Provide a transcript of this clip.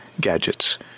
gadgets